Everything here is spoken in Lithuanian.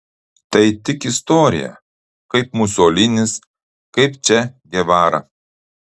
tai tik istorija kaip musolinis kaip če gevara